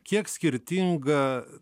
kiek skirtinga